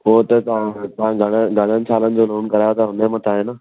उहो त तव्हां तव्हां घणा घणनि सालनि जो लोन करायो त हुनजे मथां आहे न